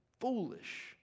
foolish